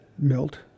Milt